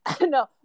no